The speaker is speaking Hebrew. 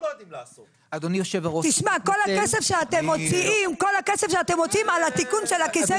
כל הכסף שאתם מוציאים על התיקון של כיסא